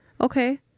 Okay